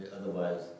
Otherwise